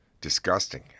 disgusting